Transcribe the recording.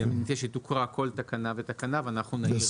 שתוקרא כל תקנה ותקנה ואנחנו נעיר.